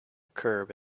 curb